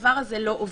זה לא עובד.